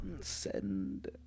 Send